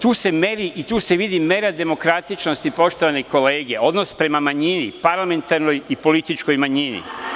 Tu se meri i tu se vidi mera demokratičnosti, poštovane kolege, odnos prema manjini, parlamentarnoj i političkoj manjini.